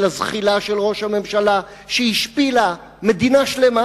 הזחילה של ראש הממשלה שהשפילה מדינה שלמה?